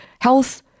health